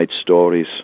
stories